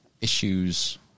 issues